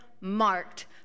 marked